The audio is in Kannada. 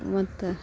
ಮತ್ತು